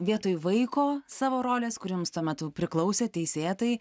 vietoj vaiko savo rolės kuri jums tuo metu priklausė teisėtai